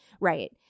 Right